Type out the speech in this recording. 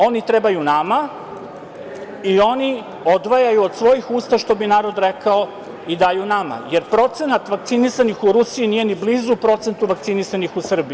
Oni trebaju nama i oni odvajaju od svojih usta, što bi narod rekao, i daju nama, jer procenat vakcinisanih u Rusiji nije ni blizu procentu vakcinisanih u Srbiji.